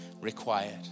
required